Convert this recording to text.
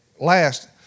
last